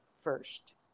first